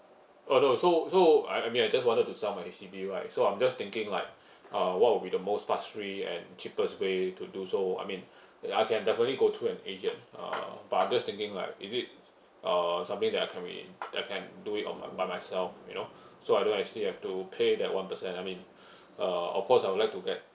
oh no so so I I mean I just wanted to sell my H_D_B right so I'm just thinking like uh what will be the most fast free and cheapest way to do so I mean I can definitely go through an agent uh but I'm just thinking like is it uh something that I can be I can do it on my by myself you know so I don't actually have to pay that one per cent I mean uh of course I would like to get